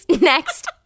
Next